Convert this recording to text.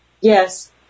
Yes